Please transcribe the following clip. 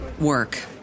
work